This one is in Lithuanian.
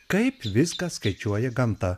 kaip viską skaičiuoja gamta